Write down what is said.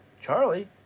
Charlie